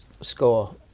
score